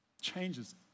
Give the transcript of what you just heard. Changes